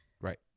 Right